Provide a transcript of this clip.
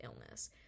illness